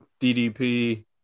ddp